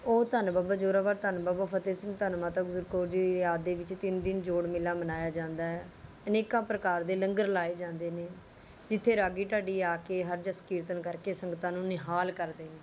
ਉਹ ਧੰਨ ਬਾਬਾ ਜ਼ੋਰਾਵਰ ਧੰਨ ਬਾਬਾ ਫਤਿਹ ਸਿੰਘ ਧੰਨ ਮਾਤਾ ਗੁਜਰ ਕੌਰ ਜੀ ਦੀ ਯਾਦ ਦੇ ਵਿੱਚ ਤਿੰਨ ਦਿਨ ਜੋੜ ਮੇਲਾ ਮਨਾਇਆ ਜਾਂਦਾ ਹੈ ਅਨੇਕਾਂ ਪ੍ਰਕਾਰ ਦੇ ਲੰਗਰ ਲਾਏ ਜਾਂਦੇ ਨੇ ਜਿੱਥੇ ਰਾਗੀ ਢਾਡੀ ਆ ਕੇ ਹਰਿ ਜੱਸ ਕੀਰਤਨ ਕਰਕੇ ਸੰਗਤਾਂ ਨੂੰ ਨਿਹਾਲ ਕਰਦੇ ਨੇ